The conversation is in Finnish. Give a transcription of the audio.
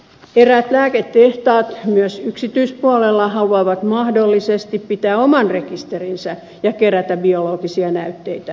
eräät lääketehtaat myös yksityispuolella haluavat mahdollisesti pitää oman rekisterinsä ja kerätä biologisia näytteitä